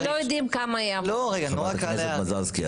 אנחנו לא יודעים כמה --- חברת הכנסת מזרסקי,